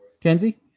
Kenzie